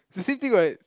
the same thing what